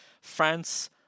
France